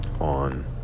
on